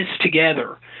together